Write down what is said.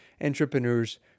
entrepreneurs